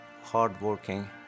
hardworking